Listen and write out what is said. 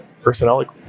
personnel